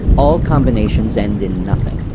all combinations end in nothing.